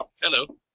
Hello